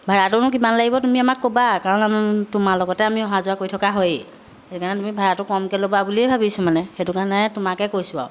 ভাড়াটোনো কিমান লাগিব তুমি আমাক ক'বা কাৰণ তোমাৰ লগতে আমি অহা যোৱা কৰি থকা হয়েই সেইকাৰণে তুমি ভাড়াটো কমকৈ ল'বা বুলিয়েই ভাবিছোঁ মানে সেইটো কাৰণে তোমাকেই কৈছোঁ আৰু